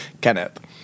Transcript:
Kenneth